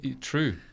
True